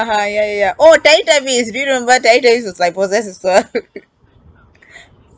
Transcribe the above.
ya ya ya oh teletubbies do you remember teletubbies was like possessed as well